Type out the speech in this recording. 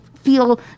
feel